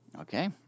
Okay